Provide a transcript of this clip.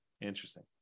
Interesting